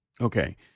Okay